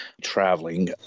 traveling